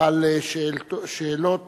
על שאלות